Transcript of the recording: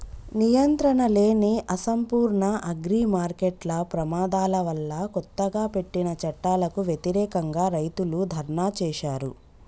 నియంత్రణలేని, అసంపూర్ణ అగ్రిమార్కెట్ల ప్రమాదాల వల్లకొత్తగా పెట్టిన చట్టాలకు వ్యతిరేకంగా, రైతులు ధర్నా చేశారు